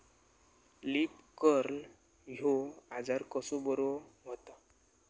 Leaf curl ह्यो आजार कसो बरो व्हता?